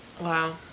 Wow